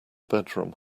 bedroom